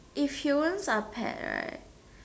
if humans are pet right